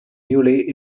newly